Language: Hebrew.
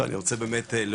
אני רוצה להודות